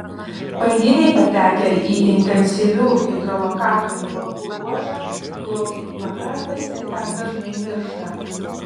banginiai patekę į intensyvių hidrolokatorių bangų ruožą plaukia į pakrantes ir ten dažnai miršta